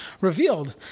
revealed